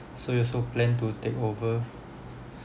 so you also plan to take over